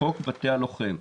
חוק בתי הלוחם.